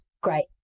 great